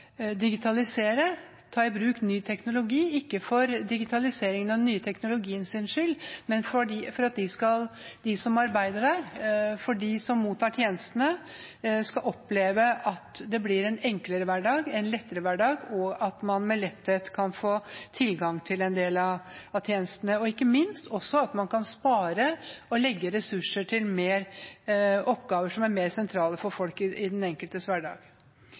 digitalisere og ta i bruk ny teknologi – ikke for digitaliseringen og den nye teknologiens skyld, men for at de som arbeider for dem som mottar tjenestene, skal oppleve at det blir en enklere hverdag, en lettere hverdag, at man med letthet kan få tilgang til en del av tjenestene, og ikke minst at man kan spare og legge ressurser til oppgaver som er mer sentrale for folk i den enkeltes hverdag.